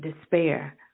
despair